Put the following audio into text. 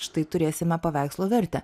štai turėsime paveikslo vertę